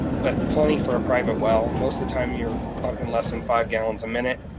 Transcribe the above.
but plenty for a private well, most the time you're pumping less than five gallons a minute,